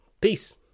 Peace